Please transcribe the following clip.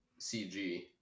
cg